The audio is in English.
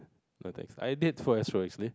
no thanks I did for astro actually